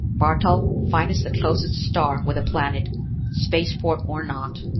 bartol, find us the closest star with a planet spaceport or not.